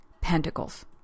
Pentacles